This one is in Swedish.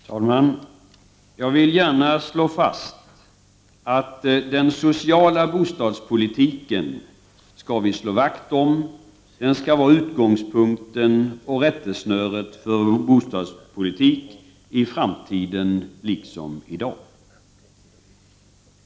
Fru talman! Jag vill gärna slå fast att vi skall slå vakt om den sociala bostadspolitiken. Den skall vara utgångspunkten och rättesnöret för vår bostadspolitik i framtiden liksom i dag.